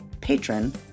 patron